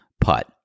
putt